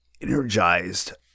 energized